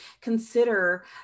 consider